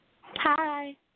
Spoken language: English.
hi